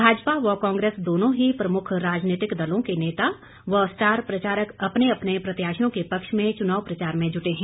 भाजपा व कांग्रेस दोंनों ही प्रमुख राजनीतिक दलों के नेता व स्टार प्रचारक अपने अपने प्रत्याशियों के पक्ष में चुनाव प्रचार में जुटे हैं